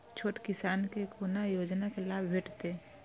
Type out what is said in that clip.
छोट किसान के कोना योजना के लाभ भेटते?